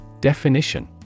Definition